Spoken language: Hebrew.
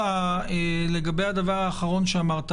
לגבי הדבר האחרון שאמרת.